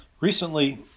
Recently